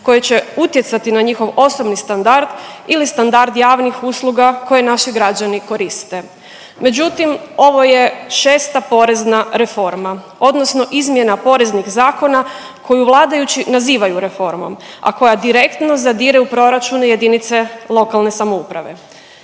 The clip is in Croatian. koje će utjecati na njihov osobni standard ili standard javnih usluga koje naši građani koriste, međutim ovo je 6. porezna reforma odnosno izmjena poreznih zakona koju vladajući nazivaju reformom, a koja direktno zadire u proračune JLS. Mi u IDS-u nadamo se